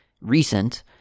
recent